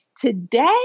today